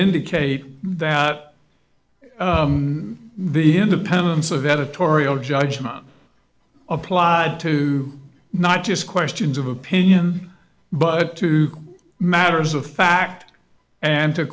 indicate that the independence of editorial judgment applied to not just questions of opinion but to matters of fact an